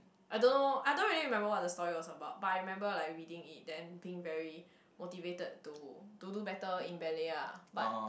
I don't know I don't really remember what the story is about but I remember like reading it then being very motivated to to do better in ballet ah but